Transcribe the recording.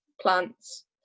plants